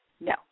No